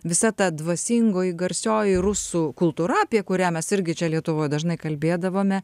visa ta dvasingoji garsioji rusų kultūra apie kurią mes irgi čia lietuvoj dažnai kalbėdavome